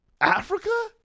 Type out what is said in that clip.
Africa